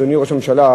אדוני ראש הממשלה,